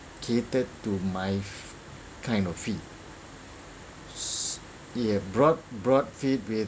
catered to my kind of feet you have brought brought fit with